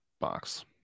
box